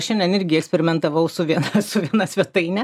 šiandien irgi eksperimentavau su viena su svetaine